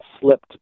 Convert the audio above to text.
slipped